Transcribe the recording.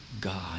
God